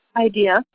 idea